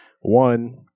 one